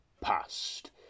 past